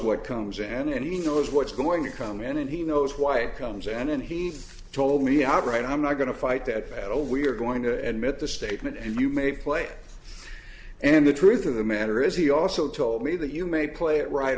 what comes in and he knows what's going to come in and he knows why it comes and and he told me i'm right i'm not going to fight that battle we're going to admit the statement and you may play and the truth of the matter is he also told me that you may play it right